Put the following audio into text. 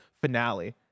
finale